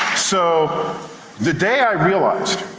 so the day i realized,